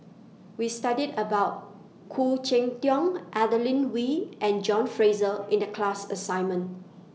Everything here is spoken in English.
We studied about Khoo Cheng Tiong Adeline Wee and John Fraser in The class assignment